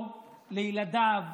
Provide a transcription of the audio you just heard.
לו, לילדיו,